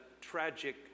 tragic